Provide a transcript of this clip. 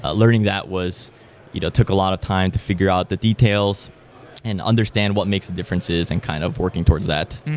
ah learning that you know took a lot of time to figure out the details and understand what makes the differences and kind of working towards that.